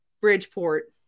Bridgeport